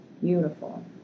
Beautiful